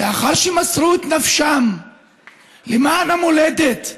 לאחר שמסרו את נפשם למען המולדת,